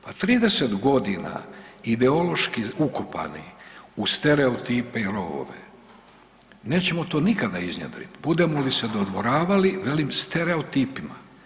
Pa 30 godina ideološki ukopani u stereotipe i rovove nećemo to nikada iznjedrit budemo bi se dodvoravali velim stereotipima.